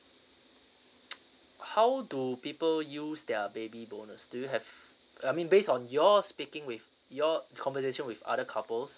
how do people use their baby bonus do you have I mean based on your speaking with your conversation with other couples